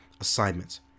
assignments